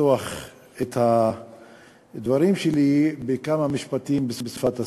לפתוח את הדברים שלי בכמה משפטים בשפת הסימנים.